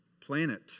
planet